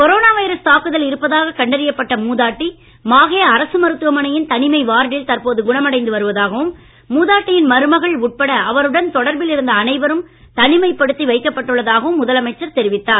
corona virus தாக்குதல் இருப்பதாக கண்டறியப்பட்ட மூதாட்டி மாஹே அரசு மருத்துவமனையின் தனிமை வார்டில் தற்போது குணமடைந்து வருவதாகவும் மூதாட்டியின் மருமகள் உட்பட அவருடன் தொடர்பில் இருந்த அனைவரும் தனிமைப்படுத்தி வைக்கப் பட்டுள்ளதாகவும் முதலமைச்சர் தெரிவித்தார்